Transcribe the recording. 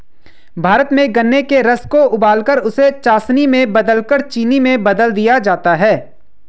भारत में गन्ने के रस को उबालकर उसे चासनी में बदलकर चीनी में बदल दिया जाता है